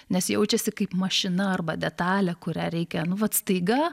nes jaučiasi kaip mašina arba detalė kurią reikia nu vat staiga